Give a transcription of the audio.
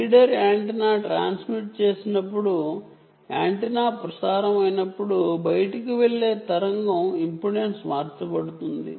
reader antenna transmit చేసినప్పుడు antenna ప్రసారం అయినప్పుడు బయటకు వెళ్ళే తరంగం ఇంపెడెన్స్ మార్చబడుతుంది